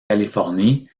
californie